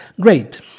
Great